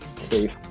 Steve